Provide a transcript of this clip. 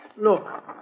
Look